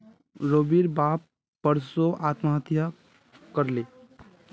रविर बाप परसो आत्महत्या कर ले